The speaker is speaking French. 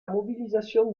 mobilisation